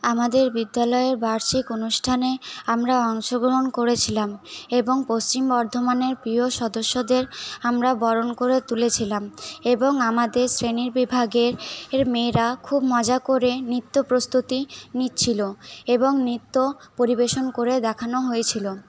আমাদের বিদ্যালয়ের বার্ষিক অনুষ্ঠানে আমরা অংশগ্রহণ করেছিলাম এবং পশ্চিম বর্ধমানের প্রিয় সদস্যদের আমরা বরণ করে তুলেছিলাম এবং আমাদের শ্রেণীবিভাগের মেয়েরা খুব মজা করে নৃত্য প্রস্তুতি নিচ্ছিল এবং নৃত্য পরিবেশন করে দেখানো হয়েছিল